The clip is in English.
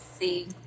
see